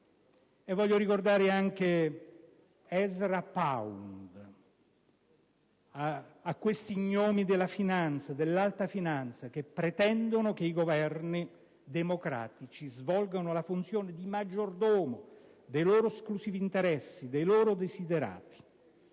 Voglio ricordare anche Ezra Pound a questi gnomi dell'alta finanza, che pretendono che i governi democratici svolgano la funzione di maggiordomo dei loro esclusivi interessi, dei loro *desiderata*.